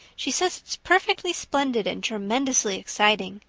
she says it's perfectly splendid and tremendously exciting.